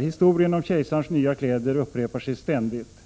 ”Historien om kejsarens nya kläder upprepar sig ständigt.